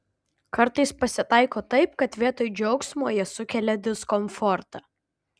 kartais pasitaiko taip kad vietoj džiaugsmo jie sukelia diskomfortą